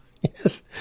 Yes